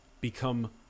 become